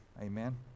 amen